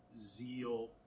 zeal